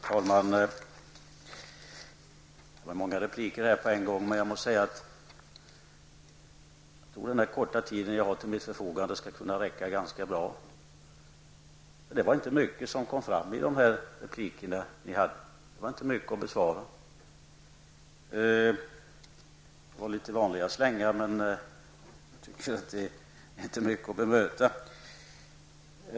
Fru talman! Det var många repliker att besvara på en gång, men jag tror att den korta tid jag har till mitt förfogande skall kunna räcka ganska bra. Det var inte mycket som kom fram i replikerna, det var inte mycket att besvara. Det var de gamla vanliga slängarna, men det är inte mycket att bemöta.